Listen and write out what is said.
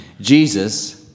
Jesus